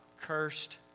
cursed